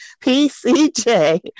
PCJ